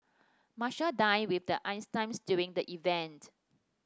Marshall dined with Einstein during the event